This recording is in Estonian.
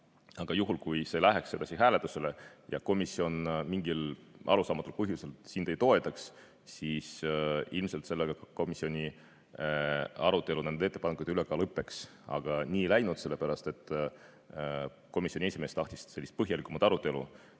Aga juhul, kui see läheks sedasi hääletusele ja komisjon mingil arusaamatul põhjusel sind ei toetaks, siis ilmselt sellega komisjoni arutelu nende ettepanekute üle ka lõppeks. Aga nii ei läinud, sellepärast et komisjoni esimees tahtis põhjalikumat arutelu